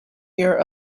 year